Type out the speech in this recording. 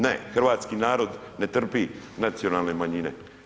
Ne, hrvatski narod ne trpi nacionalne manjine.